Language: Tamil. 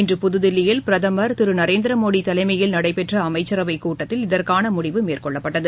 இன்று புதுதில்லியில் பிரதமர் திரு நரேந்திர மோடி தலைமையில் நடைபெற்ற அமைச்சரவைக்கூட்டத்தில் இதற்கான முடிவு மேற்கொள்ளப்பட்டது